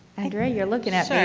andrea, you're looking at